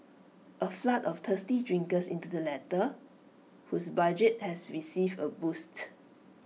A flood of thirsty drinkers into the latter whose budget has received A boost